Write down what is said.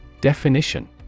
Definition